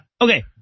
Okay